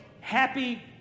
happy